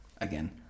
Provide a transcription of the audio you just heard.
again